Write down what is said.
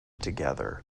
together